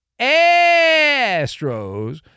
Astros